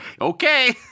Okay